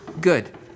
Good